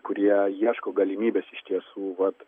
kurie ieško galimybės iš tiesų vat